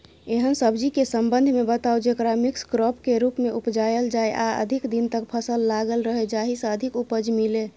एहन सब्जी के संबंध मे बताऊ जेकरा मिक्स क्रॉप के रूप मे उपजायल जाय आ अधिक दिन तक फसल लागल रहे जाहि स अधिक उपज मिले?